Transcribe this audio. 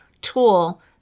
tool